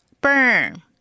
burn